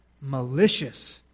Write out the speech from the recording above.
Malicious